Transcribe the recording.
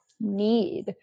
need